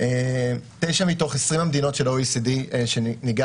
9 מתוך 20 המדינות של ה-OECD שבדקנו